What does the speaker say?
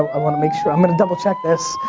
i wanna make sure, i wanna double check this.